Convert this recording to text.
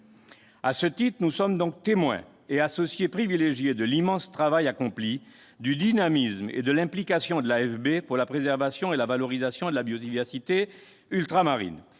À ce titre, nous sommes les témoins, et les associés privilégiés, de l'immense travail accompli, du dynamisme et de l'implication de l'AFB pour la préservation et la valorisation de la biodiversité ultramarine.